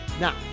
Now